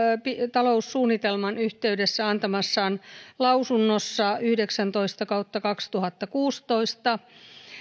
taloussuunnitelman yhteydessä antamassaan lausunnossa yhdeksäntoista kautta kaksituhattakuusitoista